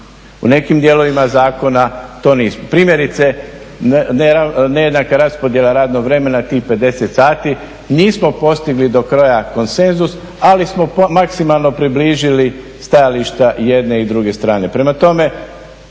u nekim dijelovima Zakona to nismo. Primjerice nejednaka raspodjela radnog vremena tih 50 sati, nismo postigli do kraja konsenzus ali smo maksimalno približili stajališta jedne i druge strane. Prema tome,